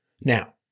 Now